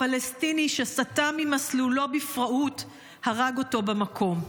פלסטיני שסטה ממסלולו בפראות הרג אותו במקום.